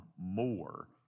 more